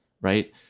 right